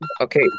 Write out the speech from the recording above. Okay